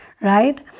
right